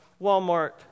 Walmart